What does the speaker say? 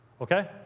okay